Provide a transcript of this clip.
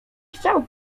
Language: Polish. chciał